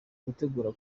gutegura